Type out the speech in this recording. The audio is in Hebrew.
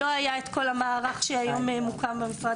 לא היה כל המערך שמוקם היום במשרד